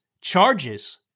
charges